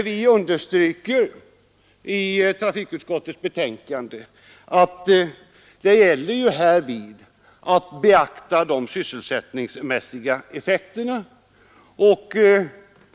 Vi understryker att det härvid gäller att beakta de sysselsättningsmässiga effekterna.